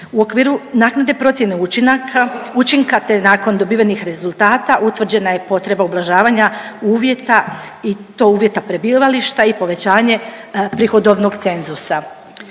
U okviru naknade procjene učinaka, učinka te nakon dobivenih rezultata utvrđena je potreba ublažavanja uvjeta i to uvjeta prebivališta i povećanje prihodovnog cenzusa.